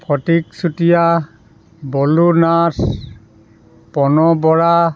Phatik Chutia Balu Nath Pan Bora